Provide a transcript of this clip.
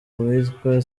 uwitwa